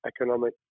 economic